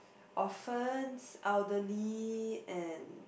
orphans elderly and